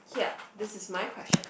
here this is my question